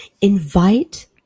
invite